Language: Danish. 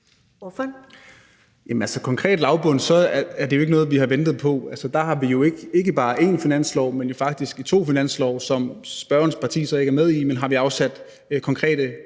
om lavbundsjorderne er det jo ikke noget, vi har ventet på. Der har vi jo ikke bare i én finanslov, men faktisk i to finanslove, som spørgerens parti ikke er med i, afsat konkrete